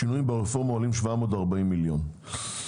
השינויים ברפורמה עולים 740 מיליון שקלים.